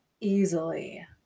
easily